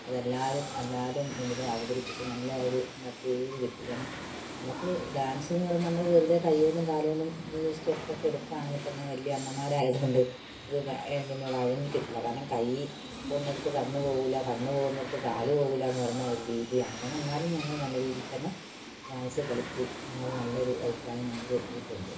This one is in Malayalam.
അത് എല്ലാവരും എല്ലാവരുടെയും മുന്നിലും അവതരിപ്പിച്ച് നല്ല ഒരു എന്താ പേര് കിട്ടി കാരണം നമുക്ക് ഡാൻസ് എന്ന് പറയുന്നത് നമ്മൾ വെറുതെ കൈ കൊണ്ടും കാല് കൊണ്ടും സ്റ്റെപ്പൊക്കെ എടുക്കുകയാണെങ്കിൽ തന്നെ വലിയ അമ്മമാരായതുകൊണ്ട് അത് പിന്നെ വഴങ്ങി കിട്ടില്ല കാരണം കൈ പോകുന്നിടത്ത് കണ്ണ് പോകില്ല കണ്ണ് പോകുന്നിടത്ത് കാല് പോകില്ല എന്ന് പറഞ്ഞ ഒരു രീതിയാണ് കാരണം എന്നാലും ഞങ്ങൾ നല്ല രീതിയിൽ തന്നെ ഡാൻസ് കളിച്ച് ഞങ്ങൾ നല്ലൊരു അഭിപ്രായം ഞങ്ങൾക്ക് കിട്ടിയിട്ടുണ്ട്